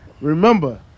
remember